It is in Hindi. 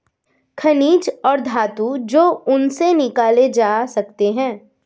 खनिज और धातु जो उनसे निकाले जा सकते हैं